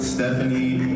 Stephanie